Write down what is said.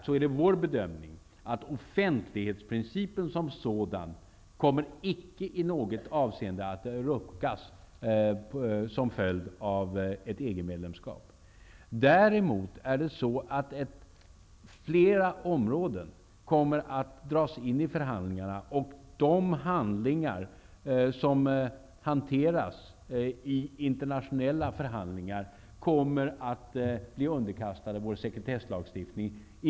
Det är dock vår bedömning att offentlighetsprincipen som sådan icke kommer att ruckas i något avseende som en följd av ett EG Däremot kommer flera områden att dras in i förhandlingar. De handlingar som hanteras i internationella förhandlingar kommer att underkastas vår sekretesslagstiftning.